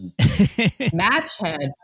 Matchhead